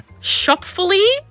Shopfully